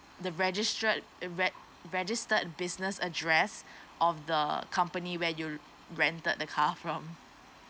the registered re~ registered business address of the company where you rented the car from